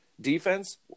defense